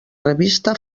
revista